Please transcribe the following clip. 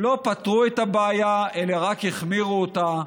לא פתרו את הבעיה אלא רק החמירו אותה,